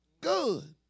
good